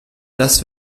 das